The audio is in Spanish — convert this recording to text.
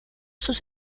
sus